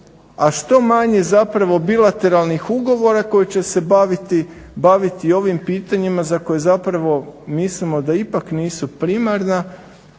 a što manje zapravo bilateralnih ugovora koji će se baviti ovim pitanjima za koje zapravo mislimo da ipak nisu primarna